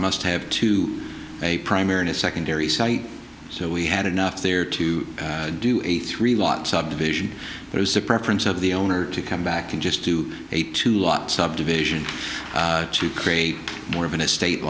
must have two a primary and secondary site so we had enough there to do a three lot subdivision there was a preference of the owner to come back in just to a two lot subdivision to create more of an estate